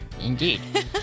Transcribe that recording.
Indeed